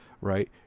right